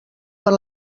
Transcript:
per